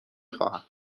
خواهم